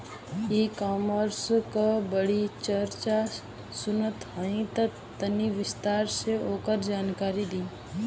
E commerce क बड़ी चर्चा सुनात ह तनि विस्तार से ओकर जानकारी दी?